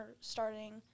starting